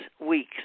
weeks